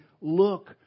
look